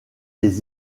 les